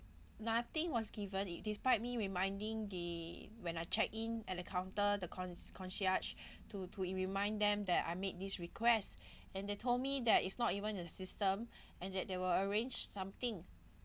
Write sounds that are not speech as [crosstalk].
nothing was given it despite me reminding the when I check-in at the counter the con~ concierge [breath] to to be remind them that I made this request [breath] and they told me that it's not even a system [breath] and that they will arrange something